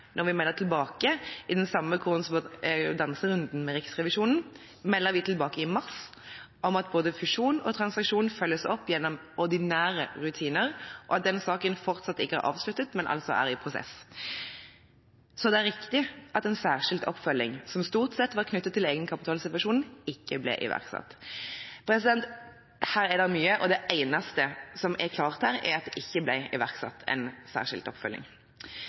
Når vi melder tilbake i den samme korrespondanserunden med Riksrevisjonen, melder vi tilbake i mars om at både fusjon og transaksjon følges opp gjennom ordinære rutiner, og at den saken fortsatt ikke er avsluttet, altså at den er i prosess. Så er det også riktig at en særskilt oppfølging, som stort sett var knyttet til egenkapitalsituasjonen, ikke ble iverksatt.» Her er det mye, og det eneste som er klart, er at det ikke ble iverksatt en særskilt oppfølging.